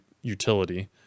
utility